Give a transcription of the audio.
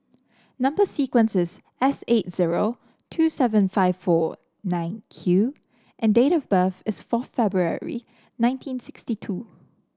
number sequence is S eight zero two seven five four nine Q and date of birth is four February nineteen sixty two